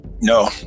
No